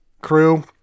crew